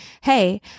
Hey